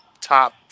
top